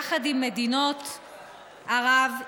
יחד עם מדינות ערב,